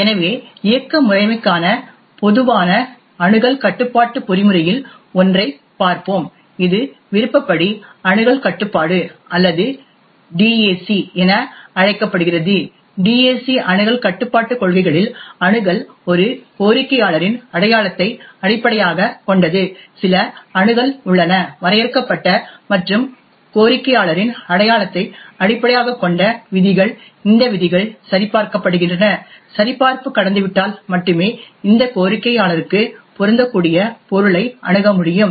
எனவே இயக்க முறைமைக்கான பொதுவான அணுகல் கட்டுப்பாட்டு பொறிமுறையில் ஒன்றைப் பார்ப்போம் இது விருப்பப்படி அணுகல் கட்டுப்பாடு அல்லது டிஏசி என அழைக்கப்படுகிறது டிஏசி அணுகல் கட்டுப்பாட்டுக் கொள்கைகளில் அணுகல் ஒரு கோரிக்கையாளரின் அடையாளத்தை அடிப்படையாகக் கொண்டது சில அணுகல் உள்ளன வரையறுக்கப்பட்ட மற்றும் கோரிக்கையாளரின் அடையாளத்தை அடிப்படையாகக் கொண்ட விதிகள் இந்த விதிகள் சரிபார்க்கப்படுகின்றன சரிபார்ப்பு கடந்துவிட்டால் மட்டுமே இந்த கோரிக்கையாளருக்கு பொருந்தக்கூடிய பொருளை அணுக முடியும்